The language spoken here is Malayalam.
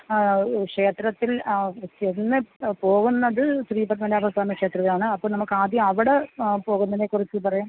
ക്ഷേത്രത്തിൽ ചെന്നു പോകുന്നത് ശ്രീപത്മനാഭസ്വാമി ക്ഷേത്രത്തിലാണ് അപ്പോൾ നമുക്കാദ്യം അവിടെ പോകുന്നതിനേക്കുറിച്ച് പറയാം